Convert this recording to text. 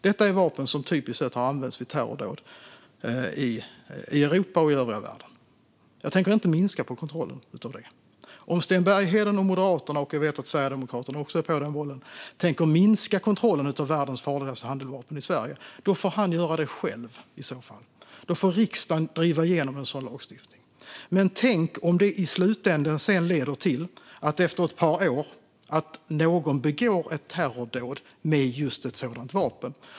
Det är typiska vapen i terrordåd i Europa och övriga världen, och jag tänker inte minska på kontrollen av dem. Om Sten Bergheden, Moderaterna och Sverigedemokraterna tänker minska på kontrollen av världens farligaste handeldvapen i Sverige får de göra det själva. Då får riksdagen driva igenom en sådan lagstiftning. Men tänk om någon sedan begår ett terrordåd med just ett sådant vapen.